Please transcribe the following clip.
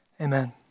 amen